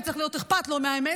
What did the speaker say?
וצריך להיות אכפת לו מהאמת.